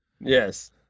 Yes